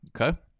Okay